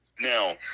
now